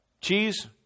Cheese